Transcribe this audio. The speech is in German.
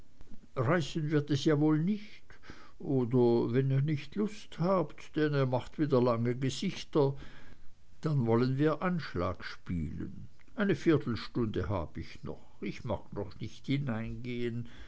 wird es ja wohl nicht oder wenn ihr nicht lust habt denn ihr macht wieder lange gesichter dann wollen wir anschlag spielen eine viertelstunde hab ich noch ich mag noch nicht hineingehen